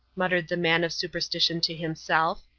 muttered the man of superstition to himself.